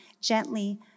gently